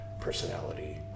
personality